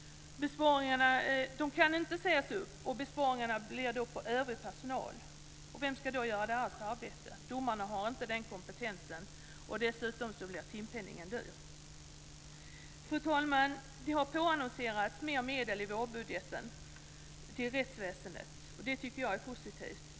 Besparingarna görs i så fall på övrig personal. Vem ska då göra deras arbete? Domarna har inte den kompetensen och dessutom blir timpenningen hög. Fru talman! Det har påannonserats mer medel i vårbudgeten till rättsväsendet. Det tycker jag är positivt.